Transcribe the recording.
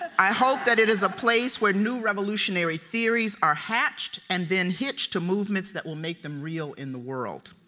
i hope that it is a place where new revolutionary theories are hatched, and then hitched, to movements that will make them real in the world.